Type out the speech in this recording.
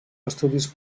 estudis